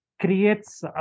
creates